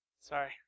Sorry